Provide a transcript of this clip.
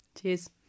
Cheers